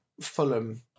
Fulham